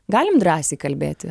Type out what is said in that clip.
galim drąsiai kalbėti